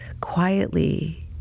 quietly